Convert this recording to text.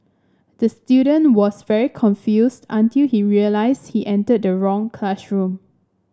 the student was very confused until he realised he entered the wrong classroom